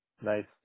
Nice